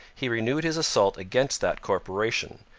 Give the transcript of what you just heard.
he renewed his assault against that corporation,